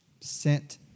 sent